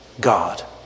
God